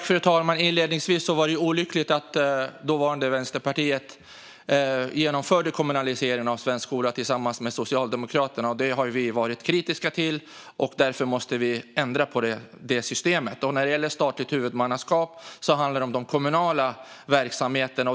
Fru talman! Det var olyckligt att dåvarande Vänsterpartiet genomförde kommunaliseringen av svensk skola tillsammans med Socialdemokraterna. Det har vi varit kritiska till, och därför måste det systemet ändras. I frågan om statligt huvudmannaskap handlar det om de kommunala verksamheterna.